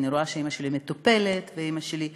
ואני רואה שאימא שלי מטופלת,